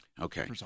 Okay